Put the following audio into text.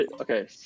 okay